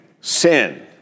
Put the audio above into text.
sin